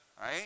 Right